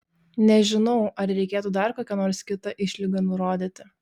nežinau ar reikėtų dar kokią nors kitą išlygą nurodyti